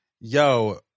yo